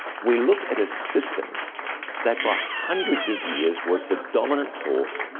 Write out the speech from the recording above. we look at a system that for hundreds of years was the dominant force,